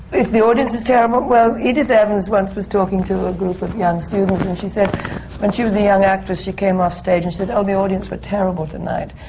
if the audience is terrible? well, edith evans once was talking to a group of young students and she said when she was a young actress, she came off stage and she said, oh, the audience were terrible tonight.